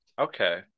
Okay